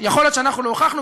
יכול להיות שאנחנו לא הוכחנו,